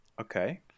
Okay